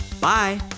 Bye